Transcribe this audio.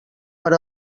per